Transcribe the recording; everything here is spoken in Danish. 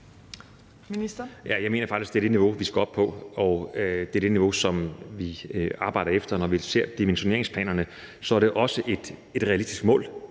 Jeg mener faktisk, at det er det niveau, vi skal op på, og det er det mål, som vi arbejder efter at nå. Når vi ser dimensioneringsplanerne, er det også et realistisk mål